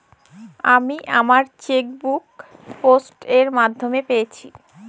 আমি আমার chequebook post এর মাধ্যমে পেয়েছি